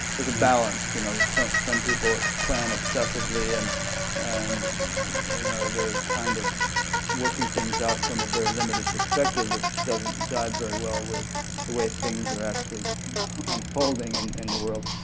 there's a balance. you know some some people plan obsessively and and you know they're kind of working things out from a very limited perspective which doesn't jive very well with the way things are actually unfolding and in the world.